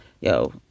yo